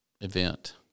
Event